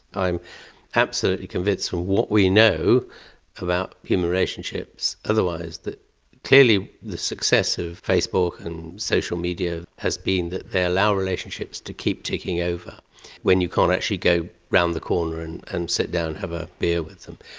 i'm absolutely convinced from what we know about human relationships otherwise that clearly the success of facebook and social media has been that they allow relationships to keep ticking over when you can't actually go around the corner and and sit down and have a beer with them.